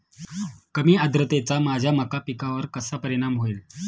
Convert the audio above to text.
कमी आर्द्रतेचा माझ्या मका पिकावर कसा परिणाम होईल?